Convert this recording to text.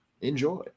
Enjoy